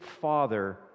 father